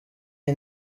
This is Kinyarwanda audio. iyi